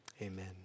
amen